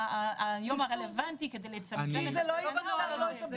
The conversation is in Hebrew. היום הרלוונטי כדי לצמצם את --- זה לא בנוהל הזה.